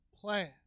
plan